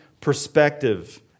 perspective